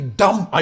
dumb